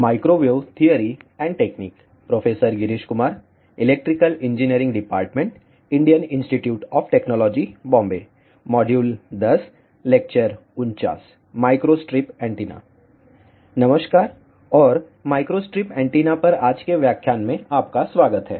नमस्कार और microstrip antenna पर आज के व्याख्यान में आपका स्वागत है